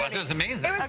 ah that's amazing.